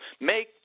Make